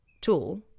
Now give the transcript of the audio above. tool